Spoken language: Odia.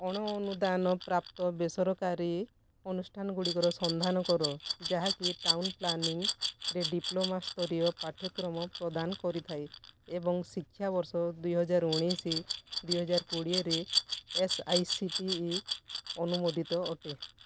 ଅଣୁ ଅନୁଦାନ ପ୍ରାପ୍ତ ବେସରକାରୀ ଅନୁଷ୍ଠାନଗୁଡ଼ିକର ସନ୍ଧାନ କର ଯାହାକି ଟାଉନ୍ ପ୍ଲାନିଂରେ ଡ଼ିପ୍ଲୋମା ସ୍ତରୀୟ ପାଠ୍ୟକ୍ରମ ପ୍ରଦାନ କରିଥାଏ ଏବଂ ଶିକ୍ଷାବର୍ଷ ଦୁଇହଜାର ଉଣେଇଶି ଦୁଇହଜାର କୋଡ଼ିଏରେ S I C T E ଅନୁମୋଦିତ ଅଟେ